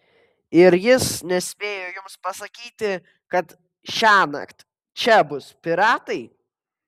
ir jis nespėjo jums pasakyti kad šiąnakt čia bus piratai